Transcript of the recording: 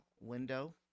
window